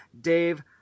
Dave